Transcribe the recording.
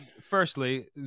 Firstly